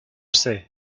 sais